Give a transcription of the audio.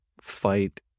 fight